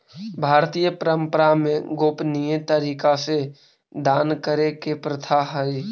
भारतीय परंपरा में गोपनीय तरीका से दान करे के प्रथा हई